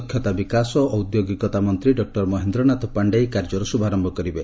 ଦକ୍ଷତା ବିକାଶ ଓ ଔଦ୍ୟୋଗିକତା ମନ୍ତ୍ରୀ ଡକ୍ଟର ମହେନ୍ଦ୍ରନାଥ ପାଣ୍ଡେ ଏହି କାର୍ଯ୍ୟର ଶୁଭାରମ୍ଭ କରିବେ